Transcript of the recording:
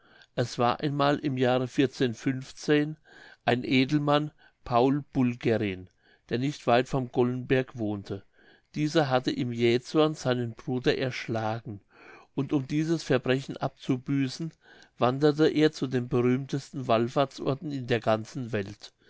es war einmal im jahre ein edelmann paul bulgerin so nicht weit vom gollenberge wohnte dieser hatte im jähzorn seinen bruder erschlagen und um dieses verbrechen abzubüßen wanderte er zu den berühmtesten wallfahrtsorten in der ganzen welt